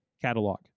catalog